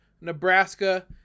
Nebraska